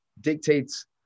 dictates